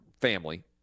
family